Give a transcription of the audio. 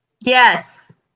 Yes